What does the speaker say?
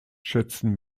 schätzen